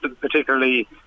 particularly